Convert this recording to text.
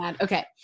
Okay